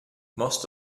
most